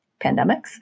pandemics